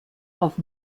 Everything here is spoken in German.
auf